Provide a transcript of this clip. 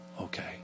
okay